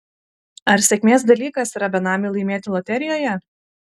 ar sėkmės dalykas yra benamiui laimėti loterijoje